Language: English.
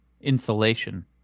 insulation